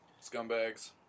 scumbags